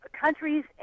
Countries